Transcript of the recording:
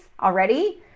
already